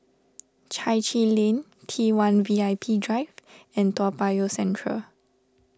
Chai Chee Lane T one V I P Drive and Toa Payoh Central